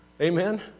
Amen